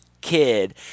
kid